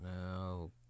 No